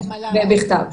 במכתב.